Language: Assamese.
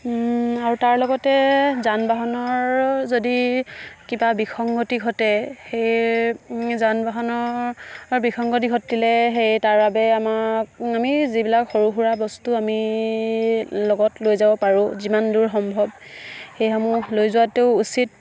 আৰু তাৰ লগতে যান বাহনৰ যদি কিবা বিসংগতি ঘটে সেই যান বাহনৰ বিসংগতি ঘটিলে সেই তাৰবাবে আমাক আমি যিবিলাক সৰু সুৰা বস্তু আমি লগত লৈ যাব পাৰোঁ যিমান দূৰ সম্ভৱ সেইসমূহ লৈ যোৱাতোও উচিত